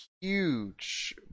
huge